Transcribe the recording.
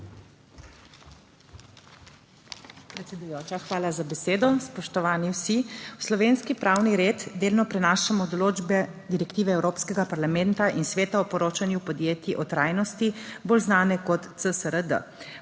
hvala za besedo. Spoštovani vsi! V slovenski pravni red delno prenašamo določbe direktive Evropskega parlamenta in Sveta o poročanju podjetij o trajnosti, bolj znane kot CSRD.